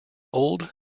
old